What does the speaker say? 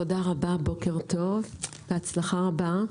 תודה רבה, בוקר טוב, בהצלחה רבה.